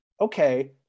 okay